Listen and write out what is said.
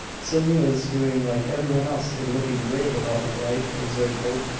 sydney is doing like every one else in looking grave about the blight, observed hope.